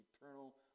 eternal